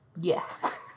Yes